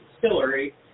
distillery